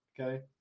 Okay